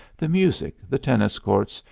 the music, the tennis courts,